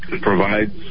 provides